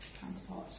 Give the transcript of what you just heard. counterpart